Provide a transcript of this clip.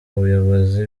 abayobozi